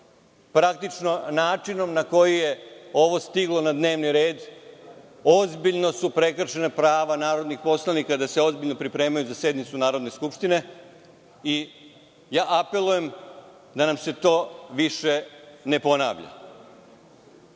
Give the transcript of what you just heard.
praktično načinom na koji je ovo stiglo na dnevni red. Ozbiljno su prekršena prava narodnih poslanika da se ozbiljno pripremaju za sednicu Narodne skupštine. Apelujem da se to više ne ponavlja. Još